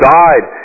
died